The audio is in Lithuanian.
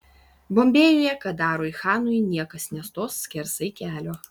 bombėjuje kadarui chanui niekas nestos skersai kelio